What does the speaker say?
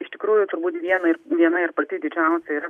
iš tikrųjų turbūt viena ir viena ir pati didžiausia yra